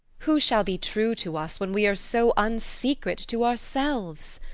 who shall be true to us, when we are so unsecret to ourselves?